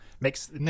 Makes